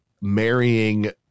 marrying